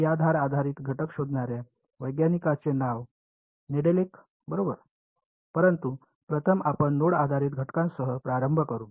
तर या धार आधारित घटक शोधणार्या वैज्ञानिकचे नाव नेडेलेक बरोबर परंतु प्रथम आपण नोड आधारित घटकांसह प्रारंभ करू